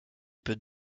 peut